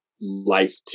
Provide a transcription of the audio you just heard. life